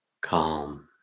calm